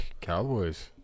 Cowboys